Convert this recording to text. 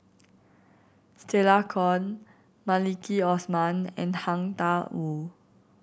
Stella Kon Maliki Osman and Tang Da Wu